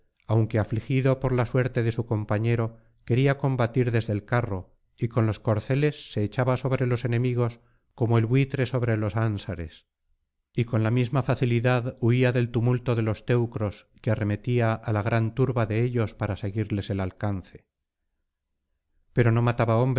aunque afligido por la suerte de su compañero quería combatir desde el carro y con los corceles se echaba sobre los enemigos como el buitre sobre los ánsares y con la misma facilidad huía del tumulto de los teneros que arremetía á la gran turba de ellos para seguirles el alcance pero no mataba